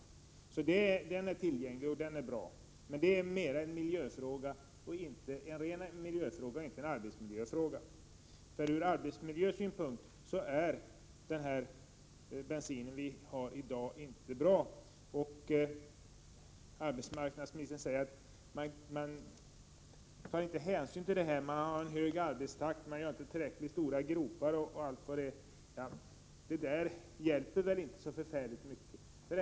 Den är tillgänglig och den är bra. Det är emellertid mer en ren miljöfråga och inte en arbetsmiljöfråga. Från arbetsmiljösynpunkt är den bensin vi har i dag inte bra. Arbetsmarknadsministern säger att man inte tar hänsyn till det. Man har t.ex. en hög arbetstakt och man gör inte tillräckligt stora gropar. Detta har emellertid inte så stor betydelse.